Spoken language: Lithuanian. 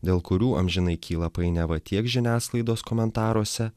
dėl kurių amžinai kyla painiava tiek žiniasklaidos komentaruose